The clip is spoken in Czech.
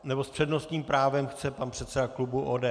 Nebo s přednostním právem chce pan předseda klubu ODS?